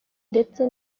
ndetse